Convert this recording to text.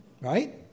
right